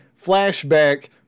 flashback